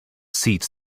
seats